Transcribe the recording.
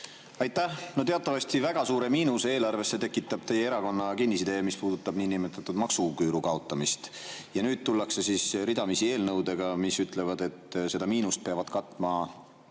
Aitäh! Teatavasti väga suure miinuse eelarvesse tekitab teie erakonna kinnisidee, mis puudutab niinimetatud maksuküüru kaotamist. Ja nüüd tullakse siis ridamisi eelnõudega, mis ütlevad, et seda miinust peavad katma